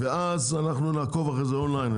ואז אנחנו נעקוב אחרי זה אונליין.